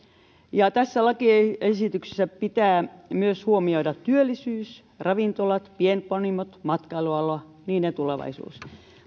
ja tässä lakiesityksessä pitää myös huomioida työllisyys ravintolat pienpanimot matkailuala niiden tulevaisuus